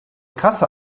kasse